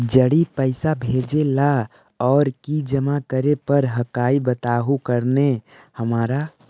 जड़ी पैसा भेजे ला और की जमा करे पर हक्काई बताहु करने हमारा?